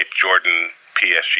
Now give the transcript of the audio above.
Jordan-PSG